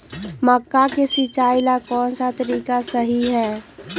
मक्का के सिचाई ला कौन सा तरीका सही है?